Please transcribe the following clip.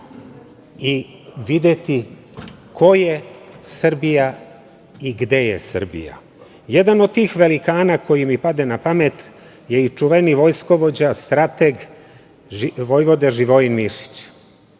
i videti ko je Srbija i gde je Srbija. Jedan od tih velikana koji mi pade na pamet je i čuveni vojskovođa, strateg, vojvoda Živojin Mišić.